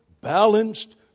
balanced